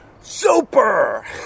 super